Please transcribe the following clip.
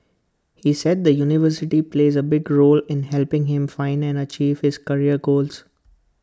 he said the university plays A big role in helping him find and achieve his career goals